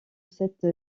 cette